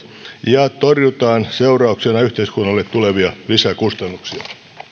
ja torjutaan seurauksena yhteiskunnalle tulevia lisäkustannuksia